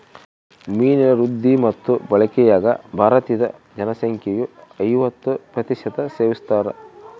ಮೀನಿನ ವೃದ್ಧಿ ಮತ್ತು ಬಳಕೆಯಾಗ ಭಾರತೀದ ಜನಸಂಖ್ಯೆಯು ಐವತ್ತು ಪ್ರತಿಶತ ಸೇವಿಸ್ತಾರ